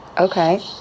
Okay